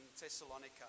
Thessalonica